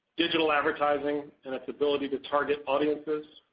digital advertising and its ability to target audiences.